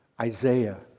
Isaiah